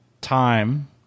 time